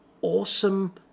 awesome